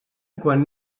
quan